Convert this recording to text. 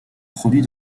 produit